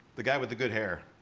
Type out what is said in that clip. the guy with the good hair.